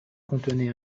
contenait